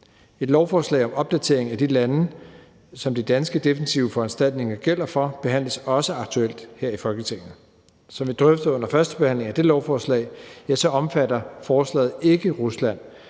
Et lovforslag om opdatering af de lande, som de danske defensive foranstaltninger gælder for, behandles også aktuelt her i Folketinget. Som vi drøftede under førstebehandlingen af det lovforslag, omfatter forslaget ikke Rusland,